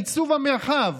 עיצוב המרחב,